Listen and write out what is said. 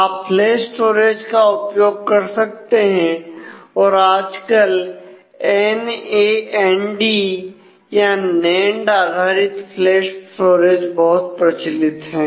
आप flash storage का उपयोग कर सकते हैं और आजकल एन ए एन डी या नेंड आधारित फ्लैश स्टोरेज बहुत प्रचलित है